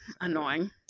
Annoying